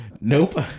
Nope